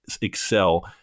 excel